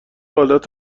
حالت